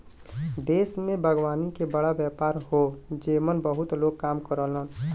देश में बागवानी के बड़ा व्यापार हौ जेमन बहुते लोग काम करलन